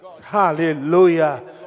Hallelujah